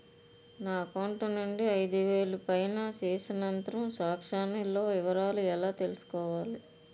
నా అకౌంట్ నుండి ఐదు వేలు పైన చేసిన త్రం సాంక్షన్ లో వివరాలు ఎలా తెలుసుకోవాలి?